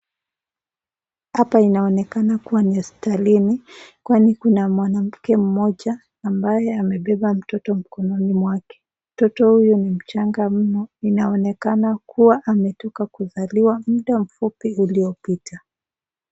Hapa inaonekana kuwa ni hospitalini, kwani kuna mwanamke moja ambaye amebeba mtoto mkononi mwake. Mtoto huyu ni mchanga muno, inaonekana kuwa ametoka kuzaliwa muda mfupi uliopita.